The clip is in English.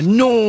no